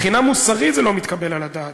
זה לא מתקבל על הדעת.